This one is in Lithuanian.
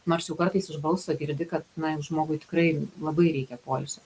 nors jau kartais iš balso girdi kad na žmogui tikrai labai reikia poilsio